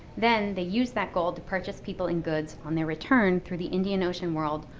then they used that gold purchase people and goods on their return through the indian ocean world,